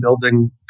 building